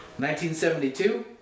1972